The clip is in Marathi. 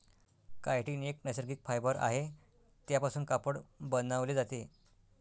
कायटीन एक नैसर्गिक फायबर आहे त्यापासून कापड बनवले जाते